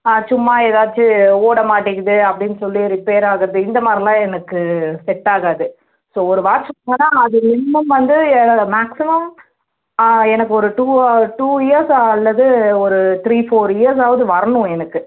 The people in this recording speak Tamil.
ஆ சும்மா ஏதாச்சு ஓட மாட்டேங்குது அப்படின்னு சொல்லி ரிப்பேர் ஆகுது இந்தமாதிரிலாம் எனக்கு செட் ஆகாது ஸோ ஒரு வாட்ச்சி போனா அது மினிமம் வந்து என்னது மேக்சிமம் எனக்கு ஒரு டூ டூ இயர்ஸ் அல்லது ஒரு த்ரீ ஃபோர் இயர்ஸ்ஸாவது வரணும் எனக்கு